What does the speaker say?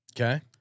Okay